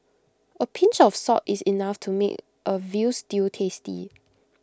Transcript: A pinch of salt is enough to make A Veal Stew tasty